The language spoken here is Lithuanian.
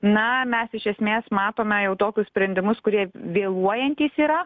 na mes iš esmės matome jau tokius sprendimus kurie vėluojantys yra